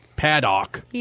Paddock